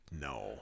No